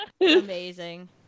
amazing